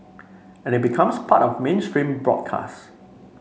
and becomes part of mainstream broadcast